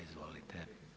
Izvolite.